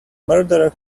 murderer